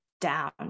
down